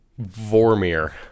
Vormir